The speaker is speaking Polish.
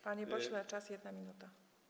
Panie pośle, czas - 1 minuta.